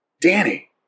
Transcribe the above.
Danny